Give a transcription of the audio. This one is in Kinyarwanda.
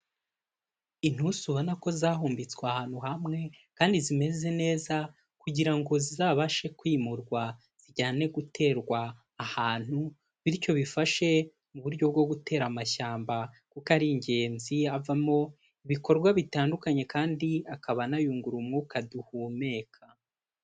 Inturusu ubona ko zahumbitswe ahantu hamwe kandi zimeze neza kugira ngo zizabashe kwimurwa zijyanwe guterwa ahantu, bityo bifashe mu buryo bwo gutera amashyamba kuko ari ingenzi avamo ibikorwa bitandukanye kandi akaba anayungurura umwuka duhumeka.